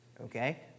Okay